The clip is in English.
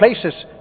places